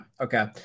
okay